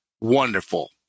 wonderful